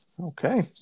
Okay